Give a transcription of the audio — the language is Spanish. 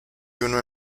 uno